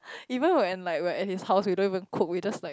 even when like we're at his house we don't even cook we just like